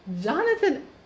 Jonathan